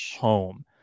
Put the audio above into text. home